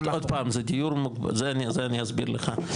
אני אסביר לך,